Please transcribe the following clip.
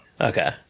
Okay